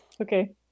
Okay